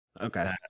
Okay